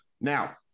Now